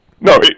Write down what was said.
No